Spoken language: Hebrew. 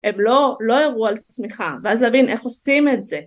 הם לא הראו על צמיחה ואז להבין איך עושים את זה